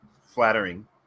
flattering